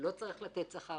ולא צריך לתת שכר.